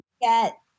get